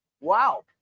Wow